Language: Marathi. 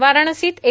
वाराणसीत एल